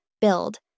build